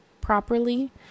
properly